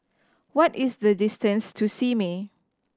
what is the distance to Simei